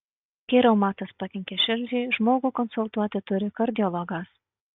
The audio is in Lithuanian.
kai reumatas pakenkia širdžiai žmogų konsultuoti turi kardiologas